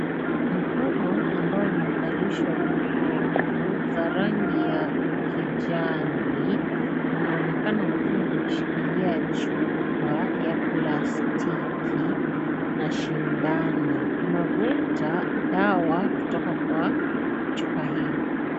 Mkono ambao umevalishwa glovu ya rangi za kijani, unaonekana ukiwa umeshikilia chupa ya plastiki na shindano. unavuta dawa kutoka kwa chupa hiyo.